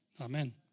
Amen